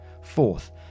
Fourth